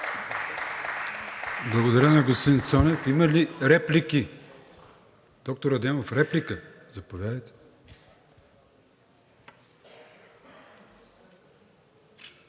Благодаря Ви, господин Цонев. Има ли реплики? Доктор Адемов – реплика? Заповядайте.